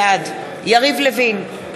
בעד יריב לוין,